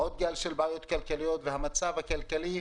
עוד גל של בעיות כלכליות והמצב הכלכלי